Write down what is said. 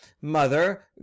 mother